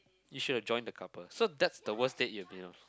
you should join the couple so that's the worst date you've been on